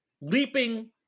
leaping